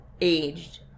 aged